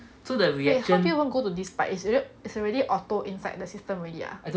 wait how do you even go to this part it's already it's already auto inside the system already ah